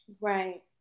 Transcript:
right